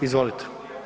Izvolite.